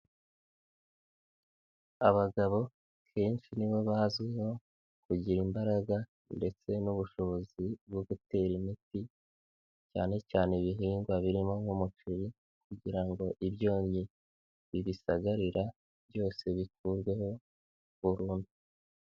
Abagabo kenshi nibo bazwiho kugira imbaraga ndetse n'ubushobozi bwo gutera imiti cyane cyane ibihingwa birimo nk'umuceri, kugira ngo ibyonnyi bibisagarira byose bikurweho burundu.